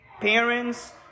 parents